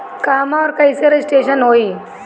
कहवा और कईसे रजिटेशन होई?